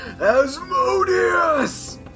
Asmodeus